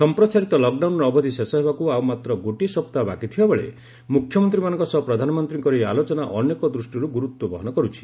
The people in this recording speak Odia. ସମ୍ପ୍ରସାରିତ ଲକ୍ଡାଉନ୍ର ଅବଧି ଶେଷ ହେବାକୁ ଆଉ ମାତ୍ର ଗୋଟିଏ ସପ୍ତାହ ବାକି ଥିବାବେଳେ ମୁଖ୍ୟମନ୍ତ୍ରୀମାନଙ୍କ ସହ ପ୍ରଧାନମନ୍ତ୍ରୀଙ୍କର ଏହି ଆଲୋଚନା ଅନେକ ଦୃଷ୍ଟିରୁ ଗୁରୁତ୍ୱ ବହନ କରୁଛି